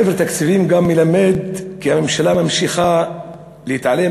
ספר התקציבים גם מלמד כי הממשלה ממשיכה להתעלם